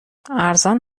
ارزان